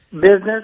business